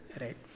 right